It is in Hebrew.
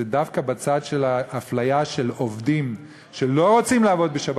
ודווקא בצד של האפליה של עובדים שלא רוצים לעבוד בשבת,